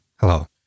Hello